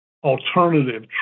alternative